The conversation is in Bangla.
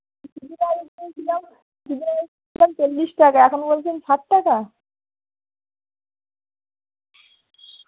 চল্লিশ টাকা এখন বলছেন ষাট টাকা